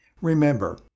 Remember